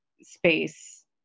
space